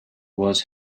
was